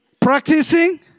Practicing